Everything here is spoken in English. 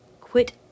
Quit